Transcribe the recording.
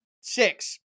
Six